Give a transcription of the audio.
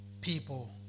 people